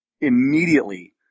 immediately